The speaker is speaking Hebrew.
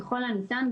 ככל הניתן,